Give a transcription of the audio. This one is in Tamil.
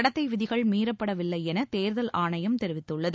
நடத்தை விதிகள் மீறப்படவில்லை என தேர்தல் ஆணையம் தெரிவித்துள்ளது